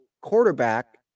quarterback